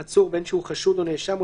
"עצור" בין שהוא חשוד או נאשם,